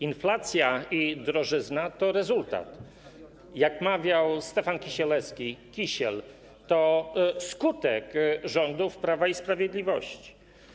Inflacja i drożyzna to rezultat, jak mawiał Stefan Kisielewski - Kisiel, to skutek rządów Prawa i Sprawiedliwości.